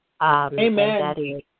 Amen